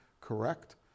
correct